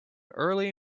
early